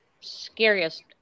scariest